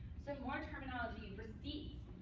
so more terminology. and receipts.